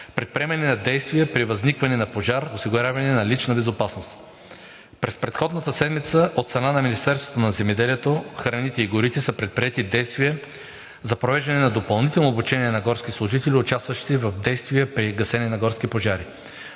предприемане на действия при възникване на пожар, осигуряване на лична безопасност. През предходната седмица от страна на Министерството на земеделието, храните и горите са предприети действия за провеждане на допълнително обучение на горски служител, участващи в действия при гасене на горски пожари.